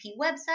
website